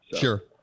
Sure